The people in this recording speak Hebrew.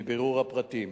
מבירור הפרטים